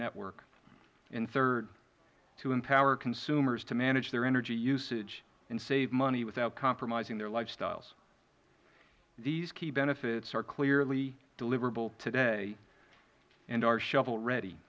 network and third to empower consumers to manage their energy usage and save money without compromising their lifestyles these key benefits are clearly deliverable today and are shovel ready